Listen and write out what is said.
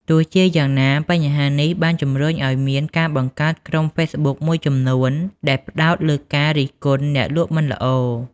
ទោះជាយ៉ាងណា បញ្ហានេះបានជំរុញឱ្យមានការបង្កើតក្រុមហ្វេសប៊ុកមួយចំនួនដែលផ្តោតលើការរិះគន់អ្នកលក់មិនល្អ។